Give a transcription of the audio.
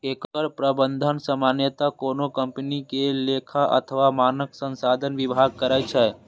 एकर प्रबंधन सामान्यतः कोनो कंपनी के लेखा अथवा मानव संसाधन विभाग करै छै